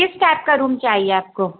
کس ٹائپ کا روم چاہیے آپ کو